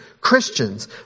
Christians